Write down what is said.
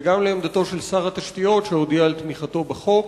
וגם לעמדתו של שר התשתיות שהודיע על תמיכתו בחוק.